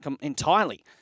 entirely